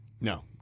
No